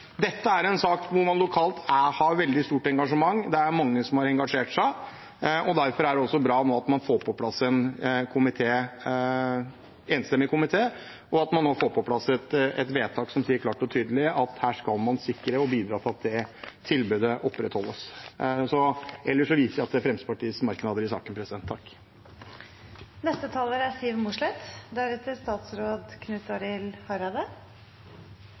Dette er en sak der man lokalt har et veldig stort engasjement. Det er mange som har engasjert seg. Derfor er det bra at en enstemmig komité får på plass et vedtak som klart og tydelig sier at her skal man sikre å bidra til at det tilbudet opprettholdes. Ellers viser jeg til Fremskrittspartiets merknader i saken. Jeg vil takke for samarbeidet i denne saken. Tilrådingen i denne saken er